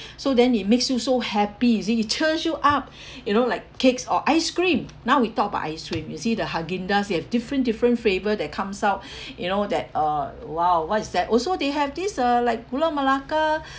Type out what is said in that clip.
so then it makes you so happy you see it turns you up you know like cakes or ice cream now we talk about ice cream you see the haagen-dazs they have different different flavour that comes out you know that uh !wow! what is that also they have this uh like gula melaka